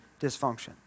dysfunction